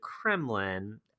Kremlin